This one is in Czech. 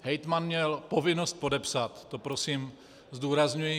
Hejtman měl povinnost podepsat, to prosím zdůrazňuji.